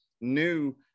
new